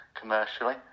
commercially